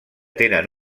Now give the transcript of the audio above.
tenen